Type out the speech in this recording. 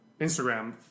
Instagram